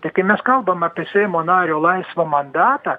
tai kai mes kalbam apie seimo nario laisvą mandatą